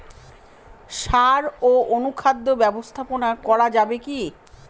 সাড় ও অনুখাদ্য ব্যবস্থাপনা করা যাবে কি?